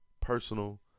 personal